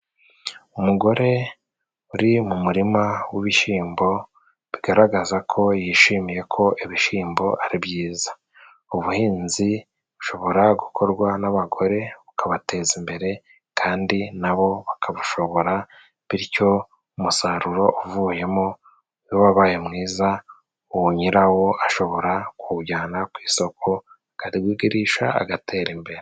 Umugore uri mu murima w'ibishimbo, bigaragaza ko yishimiye ko ibishimbo ari byiza. Ubuhinzi bushobora gukorwa n'abagore bukabateza imbere, kandi na bo bakabushobora, bityo umusaruro uvuyemo iyo wabaye mwiza, ubu nyirawo ashobora kuwujyana ku isoko akawugarisha agatera imbere.